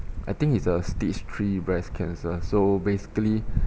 I think it's uh stage three breast cancer so basically